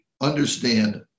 understand